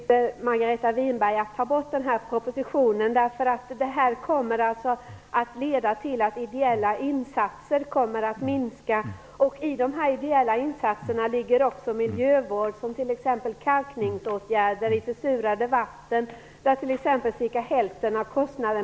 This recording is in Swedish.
Herr talman! Då skulle jag vilja vädja till jordbruksminister Margareta Winberg att ta bort denna proposition. Detta förslag kommer att leda till att de ideella insatserna minskar. I de ideella insatserna ligger också miljövård som t.ex. kalkningsåtgärder i försurade vatten, där cirka hälften av kostnaden ...